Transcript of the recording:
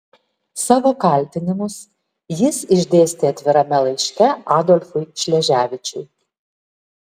savo kaltinimus jis išdėstė atvirame laiške adolfui šleževičiui